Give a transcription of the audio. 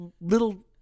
little